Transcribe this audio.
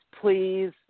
please